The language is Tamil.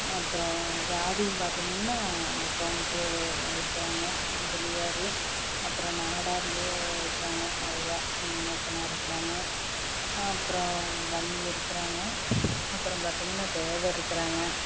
அப்பறம் ஜாதினு பார்த்திங்கன்னா கவுண்டரு இருக்குறாங்க முதலியார் அப்பறம் நாடார்லையே இருக்குறாங்க நிறையா மூப்பனார் இருக்குறாங்க அப்புறோம் வன்னியர் இருக்குறாங்க அப்புறம் பார்த்திங்கன்னா தேவர் இருக்குறாங்க